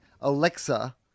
Alexa